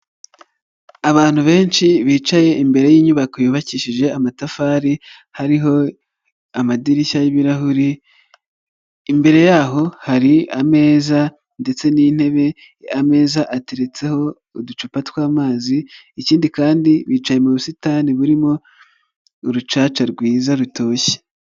Abantu benshi bicaye imbere y'inyubako yubakishije amatafari, hariho amadirishya y'ibirahuri, imbere yaho hari ameza ndetse n'intebe, ameza ateretseho uducupa tw'amazi, ikindi kandi bicaye mu busitani burimo urucaca rwiza rutoshye.